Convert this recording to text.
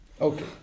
Okay